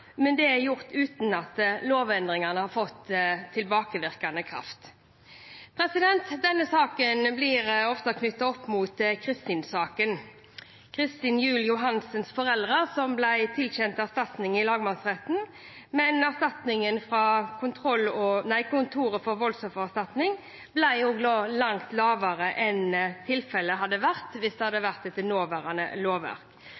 men det er gjort uten at lovendringene har fått tilbakevirkende kraft. Dette spørsmålet blir ofte knyttet opp mot Kristin-saken. Kristin Juel Johannessens foreldre ble tilkjent erstatning i lagmannsretten, men erstatningen fra Kontoret for voldsoffererstatning ble langt lavere enn tilfellet hadde vært hvis det hadde vært etter nåværende lovverk.